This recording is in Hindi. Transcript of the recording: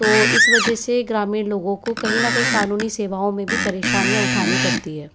तो इस वजह से ग्रामीण लोगों को कहीं न कहीं कानूनी सेवाओ में भी परेशानियाँ उठानी पड़ती हैं